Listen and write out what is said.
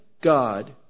God